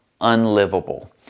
unlivable